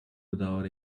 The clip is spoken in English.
without